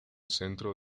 centro